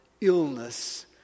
illness